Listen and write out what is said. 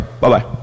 Bye-bye